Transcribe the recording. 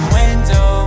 window